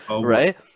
right